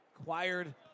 acquired